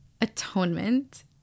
Atonement